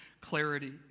clarity